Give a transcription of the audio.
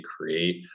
create